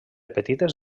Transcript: petites